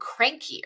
crankier